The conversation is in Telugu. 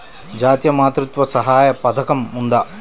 జాతీయ మాతృత్వ సహాయ పథకం ఉందా?